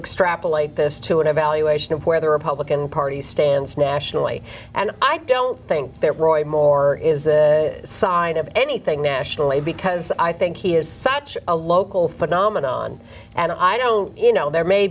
extrapolate this to an evaluation of where the republican party stands nationally and i don't think that roy moore is the d d sign of anything nationally because i think he is such a local phenomenon and i don't know you know there may